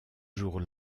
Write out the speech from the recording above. jour